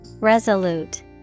Resolute